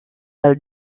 dal